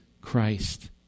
Christ